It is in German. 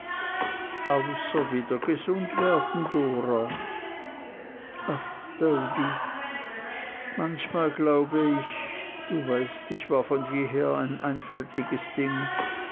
außer wieder gesund werden dora ach doady manchmal glaube ich du weißt ich war von jeher ein einfältiges ding